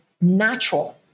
natural